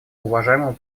уважаемому